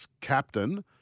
captain